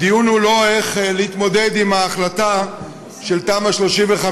הדיון הוא לא על איך להתמודד עם ההחלטה של תמ"א 35,